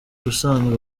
ubusanzwe